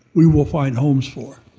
we will find homes for.